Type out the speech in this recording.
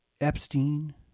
Epstein